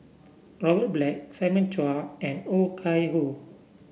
Robert Black Simon Chua and Oh Chai Hoo